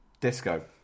Disco